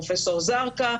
פרופ' זרקא,